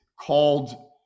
called